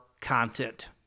content